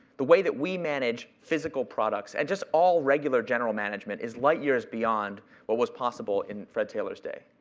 the way that we manage physical products, and just all regular general management, is light years beyond what was possible in fred taylor's day.